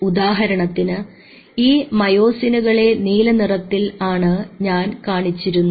ഉദാഹരണത്തിന് ഈ മയോസിനുകളെ നീലനിറത്തിൽ ആണ് ഞാൻ കാണിച്ചിരുന്നത്